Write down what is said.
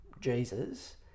Jesus